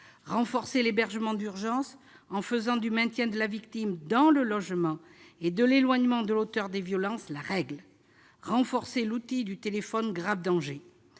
renforcer l'hébergement d'urgence, en faisant du maintien de la victime dans le logement familial et de l'éloignement de l'auteur des violences la règle. Il renforcera l'outil que constitue le téléphone grave danger,